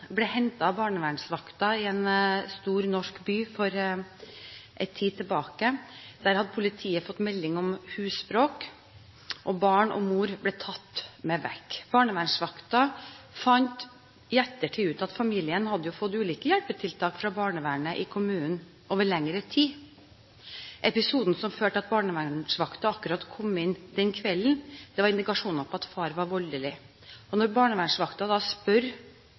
ble hentet av barnevernsvakten i en stor norsk by for en tid tilbake, hadde politiet fått melding om husbråk. Barn og mor ble tatt med vekk. Barnevernsvakten fant i ettertid ut at familien hadde fått ulike hjelpetiltak fra barnevernet i kommunen over lengre tid. Episoden som førte til at barnevernsvakten kom inn akkurat den kvelden, var indikasjoner på at far var voldelig. Når barnevernsvakten spør